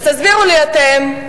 אז תסבירו לי אתם,